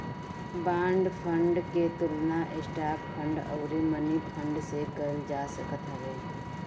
bond fund के तुलना stock fund अउरी मनीफंड से कईल जा सकत हवे